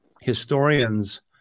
historians